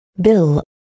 bill